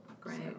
great